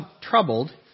troubled